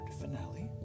finale